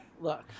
Look